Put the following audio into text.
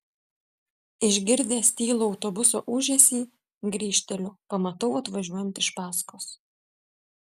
išgirdęs tylų autobuso ūžesį grįžteliu pamatau atvažiuojant iš paskos